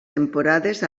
temporades